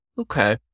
Okay